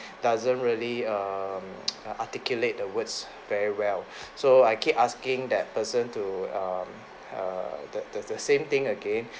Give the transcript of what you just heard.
doesn't really um articulate the words very well so I keep asking that person to um err the the the same thing again